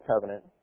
Covenant